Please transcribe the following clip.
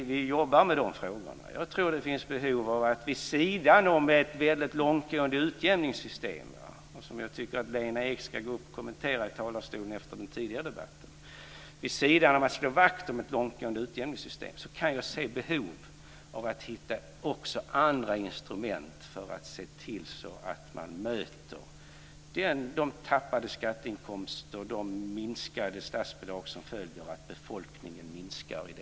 Vid sidan av att slå vakt om ett långtgående utjämningssystem kan jag se behov av att hitta andra instrument för att möta tappade skatteinkomster och minskade statsbidrag som följer av att befolkningen minskar. Jag tycker att Lena Ek ska kommentera det efter den tidigare debatten.